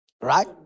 Right